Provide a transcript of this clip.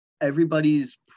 everybody's